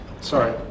Sorry